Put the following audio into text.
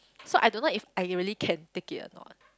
so I don't know if I really can take it a not